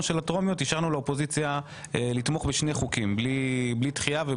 של הטרומיות אישרנו לאופוזיציה לתמוך בשני חוקים בלי דחייה.